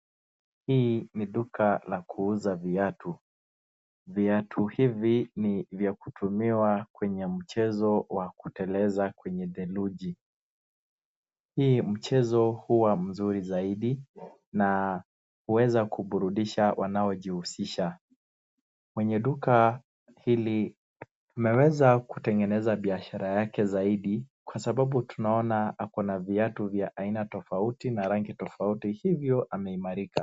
Hii ni duka la kuuza viatu , viatu hivi ni vya kutumiwa kwenye mchezo wa kuteleza kwenye theluji ,hio mchezo huwa mzuri zaidi na huweza kuburudisha wanao jihusisha , kwenye duka hili unaweza kutengeneza biashara yake zaidi kwa sababu tunaona ako na viatu vya aina tofauti na rangi tofauti hivyo ameimarika.